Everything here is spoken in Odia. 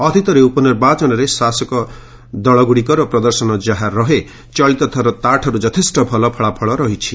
ଅତୀତରେ ଉପନିର୍ବାଚନରେ ଶାସକ ଦଳଗୁଡ଼ିକର ପ୍ରଦର୍ଶନ ଯାହା ରହେ ଚଳିତଥର ତାଠାରୁ ଯଥେଷ୍ଟ ଭଲ ଫଳାଫଳ ମିଳିଛି